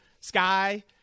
Sky